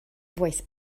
voice